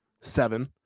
seven